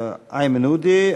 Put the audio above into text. איימן עודה.